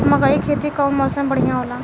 मकई के खेती कउन मौसम में बढ़िया होला?